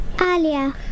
Alia